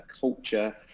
culture